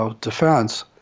defense